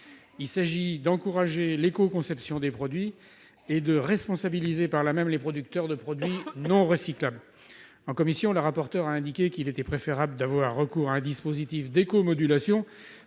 Il s'agit d'encourager l'éco-conception des produits et de responsabiliser les producteurs de produits non recyclables. En commission, la rapporteure a indiqué qu'il était préférable d'avoir recours à un dispositif d'éco-modulation